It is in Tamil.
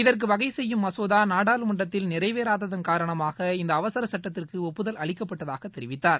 இதற்கு வகைசெய்யும் மசோதா நாடாளுமன்றத்தில் நிறைவேறாததன் காரணமாக இந்த அவசர சட்டத்திற்கு ஒப்புதல் அளிக்கப்பட்டதாக தெரிவித்தார்